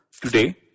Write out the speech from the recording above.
Today